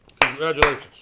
Congratulations